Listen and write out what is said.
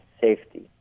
safety